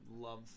love